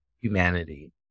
humanity